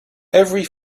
every